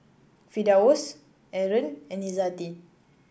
Firdaus Aaron and Izzati